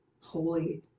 holy